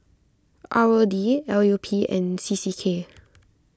R O D L U P and C C K